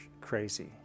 crazy